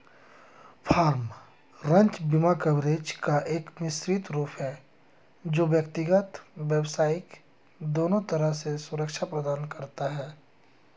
farm, ranch बीमा coverage का एक मिश्रित रूप है जो व्यक्तिगत, व्यावसायिक दोनों तरह से सुरक्षा प्रदान करता है